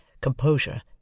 composure